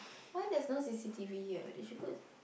why there is not c_c_t_v here they should put